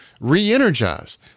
re-energize